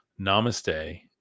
Namaste